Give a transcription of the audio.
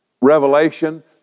revelation